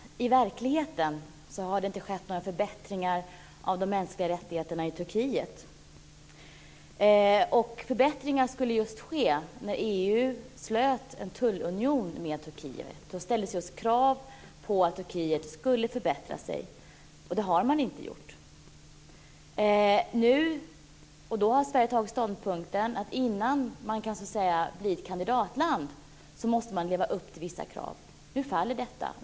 Fru talman! Reellt, i verkligheten, har det inte skett några förbättringar av de mänskliga rättigheterna i Turkiet. Förbättringar skulle ju ske när EU slöt en tullunion med Turkiet. Då ställdes det krav på att Turkiet skulle förbättra sig. Det har man inte gjort. Sverige har intagit ståndpunkten att innan man så att säga kan bli ett kandidatland måste man leva upp till vissa krav. Nu faller detta.